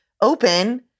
open